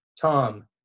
tom